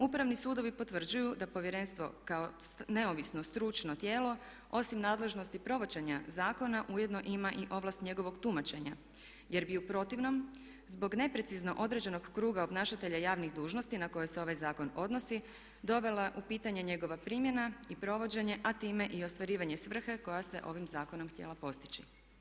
Upravni sudovi potvrđuju da Povjerenstvo kao neovisno stručno tijelo osim nadležnosti provođenja zakona ujedno ima i ovlast njegovog tumačenja, jer bi u protivnom zbog neprecizno određenog kruga obnašatelja javnih dužnosti na koje se ovaj zakon odnosi dovela u pitanje njegova primjena i provođenje a time i ostvarivanje svrhe koja se ovim zakonom htjela postići.